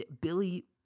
Billy